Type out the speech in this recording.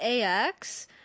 AX